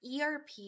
ERP